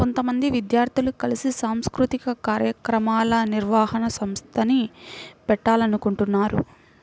కొంతమంది విద్యార్థులు కలిసి సాంస్కృతిక కార్యక్రమాల నిర్వహణ సంస్థని పెట్టాలనుకుంటన్నారు